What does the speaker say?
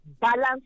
balance